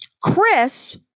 Chris